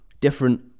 different